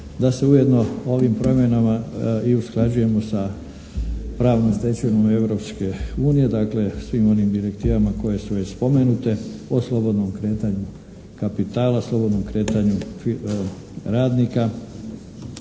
da se ujedno ovim promjenama i usklađujemo sa pravnom stečevinom Europske unije. Dakle, svim onim direktivama koje su već spomenute o slobodnom kretanju kapitala, slobodnom kretanju radnika,